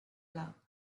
love